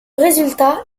résultat